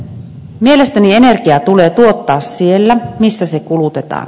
mielestäni energia tulee tuottaa siellä missä se kulutetaan